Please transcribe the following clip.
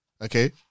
Okay